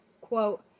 quote